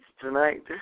tonight